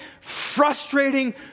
frustrating